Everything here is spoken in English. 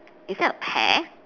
is there a pear